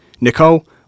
Nicole